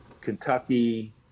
Kentucky